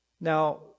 Now